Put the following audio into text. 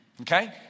okay